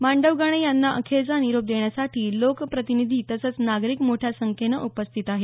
मांडवगणे यांना अखेरचा निरोप देण्यासाठी लोकप्रतिनिधी तसंच नागरिक मोठ्या संख्येनं उपस्थित आहेत